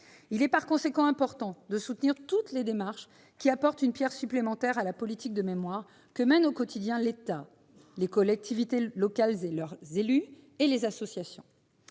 Il est par conséquent important de soutenir toutes les démarches qui apportent une pierre supplémentaire à la politique de mémoire que mènent au quotidien l'État, les collectivités locales et leurs élus, ainsi que les associations.